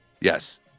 Yes